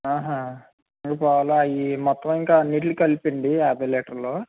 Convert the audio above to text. ఆహ ఈ పాలు అవి మొత్తం ఇంకా అన్నింటికీ కలిపి అండి యాభై లీటర్లు